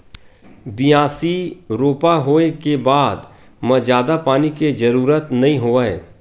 बियासी, रोपा होए के बाद म जादा पानी के जरूरत नइ होवय